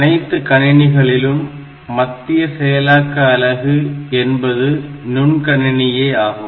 அனைத்து கணினிகளிலும் மத்திய செயலாக்க அலகு என்பது நுண்கணினியே ஆகும்